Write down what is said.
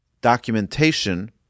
documentation